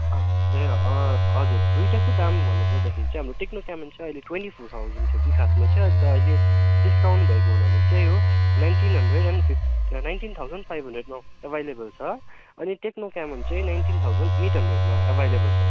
ए हजुर दुइटाको दाम भन्नु पर्दाखेरि चाहिँ हाम्रो टेक्नो क्यामोन चाहिँ अहिले ट्वेवन्टी फोर थाउजन थियो कि खासमा चाहिँ अन्त अहिले डिस्काउन्ट भएको हुनाले चाहिँ यो nineteen hundred and fifty nineteen thousand five हन्ड्रेडमा एभाइलेबल छ अनि टेक्नो क्यामोन चाहिँ नाइन्टिन थाउजन एट हन्ड्रेडमा एभाइलेबल छ